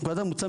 נקודת המוצא,